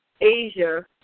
Asia